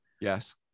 yes